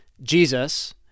Jesus